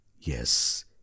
Yes